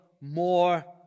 more